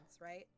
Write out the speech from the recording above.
right